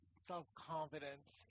self-confidence